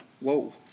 whoa